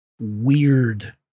weird